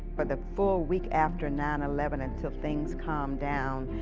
for the full week after nine eleven until things calmed down,